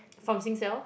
from Singsale